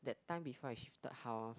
that time before I shifted house